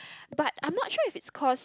but I'm not sure if it's cause